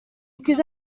chiuso